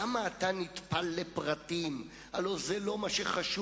למה אתה נטפל לפרטים, הלוא זה לא מה שחשוב.